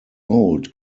old